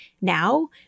now